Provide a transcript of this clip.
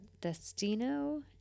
Destino